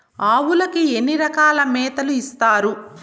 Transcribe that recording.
ఆవులకి ఎన్ని రకాల మేతలు ఇస్తారు?